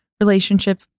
relationship